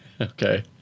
Okay